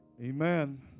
amen